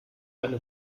eine